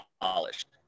polished